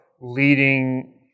leading